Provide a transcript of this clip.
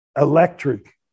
electric